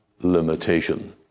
limitation